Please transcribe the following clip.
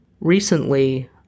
Recently